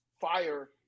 fire